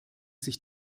sich